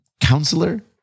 counselor